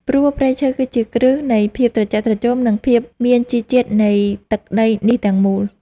ព្រោះព្រៃឈើគឺជាគ្រឹះនៃភាពត្រជាក់ត្រជុំ និងភាពមានជីជាតិនៃទឹកដីនេះទាំងមូល។